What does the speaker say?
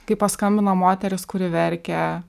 kai paskambina moteris kuri verkia